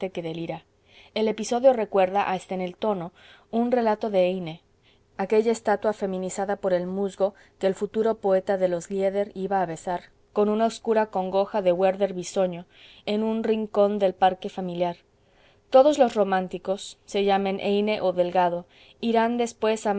que delira el episodio recuerda hasta en el tono un relato de heine aquella estatua feminizada por el musgo que el futuro poeta de los lieder iba a besar con una oscura congoja de werther bisoño en un rincón del parque familiar todos los románticos se llamen heine o delgado irán después